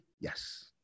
Yes